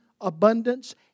abundance